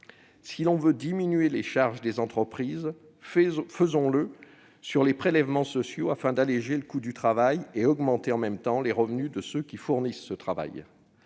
Si l'on veut diminuer les charges des entreprises, réduisons les prélèvements sociaux afin d'alléger le coût du travail et d'augmenter, en même temps, les revenus de ceux qui fournissent ce travail.